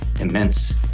immense